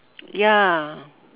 ya